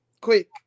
Quick